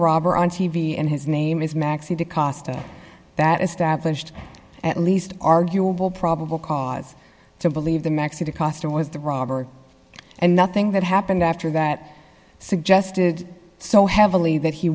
robber on t v and his name is maxine the costa that established at least arguable probable cause to believe the mexico costa was the robber and nothing that happened after that suggested so heavily that he